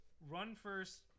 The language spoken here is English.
run-first